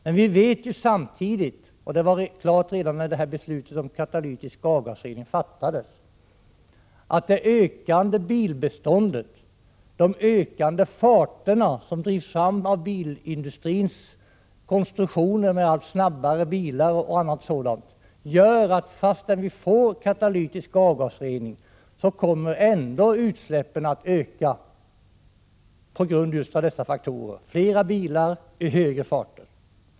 Men vi vet samtidigt — och det var känt innan beslutet om katalytisk avgasrening fattades — att det växande bilbeståndet och de ökande farter som blir följden av bilindustrins konstruktioner för att åstadkomma allt snabbare bilar gör att utsläppen kommer att öka trots den katalytiska avgasreningen. Flera bilar i högre farter ger den effekten.